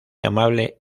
amable